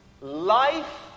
Life